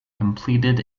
completed